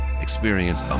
Experience